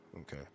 okay